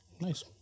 Nice